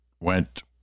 went